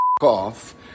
off